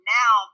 now